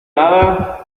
nada